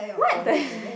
what the